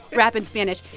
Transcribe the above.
rap in spanish.